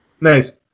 Nice